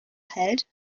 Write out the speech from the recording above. hält